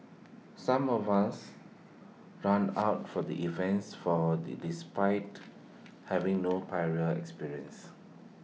some of us ran out for the events for IT is despite having no prior experience